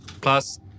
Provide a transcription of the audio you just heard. Plus